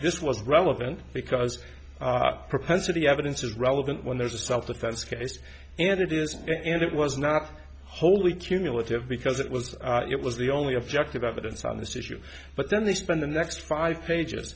this was relevant because propensity evidence is relevant when there's a self defense case and it is and it was not wholly cumulative because it was it was the only objective evidence on this issue but then they spend the next five pages